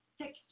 six